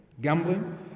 gambling